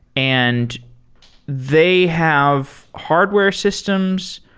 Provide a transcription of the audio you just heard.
and they have hardware systems.